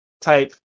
type